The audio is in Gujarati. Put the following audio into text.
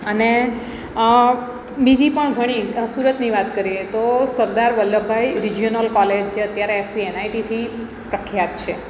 અને બીજી પણ ઘણી સુરતની વાત કરીએ તો સરદાર વલ્લભભાઈ રિઝયનલ કોલેજ છે અત્યારે એસવી એનઆઈટીથી પ્રખ્યાત છે